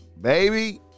Baby